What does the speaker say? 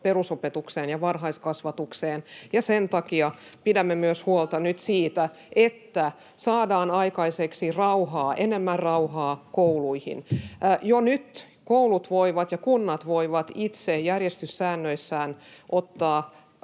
perusopetukseen ja varhaiskasvatukseen, [Anne Kalmarin välihuuto] ja sen takia pidämme nyt huolta myös siitä, että saadaan aikaiseksi rauhaa, enemmän rauhaa kouluihin. Jo nyt koulut ja kunnat voivat itse järjestyssääntöihinsä ottaa